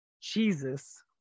jesus